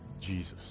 Jesus